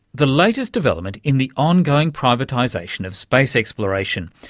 the latest development in the ongoing privatisation of space exploration.